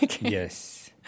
Yes